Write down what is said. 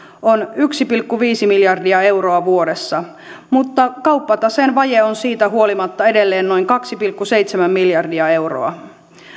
on yksi pilkku viisi miljardia euroa vuodessa mutta kauppataseen vaje on siitä huolimatta edelleen noin kaksi pilkku seitsemän miljardia euroa